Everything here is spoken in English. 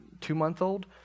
two-month-old